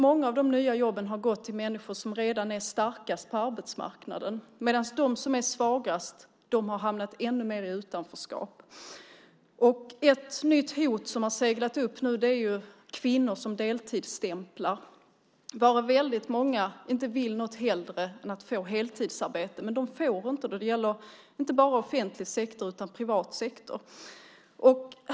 Många av de nya jobben har tyvärr gått till de människor som redan är starkast på arbetsmarknaden, medan de som är svagast har hamnat ännu mer i utanförskap. Ett nytt hot som har seglat upp är kvinnor som deltidsstämplar. Många av dem vill inget hellre än att få heltidsarbete, men de får inte det. Det gäller inte bara offentlig sektor utan även privat.